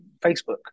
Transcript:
Facebook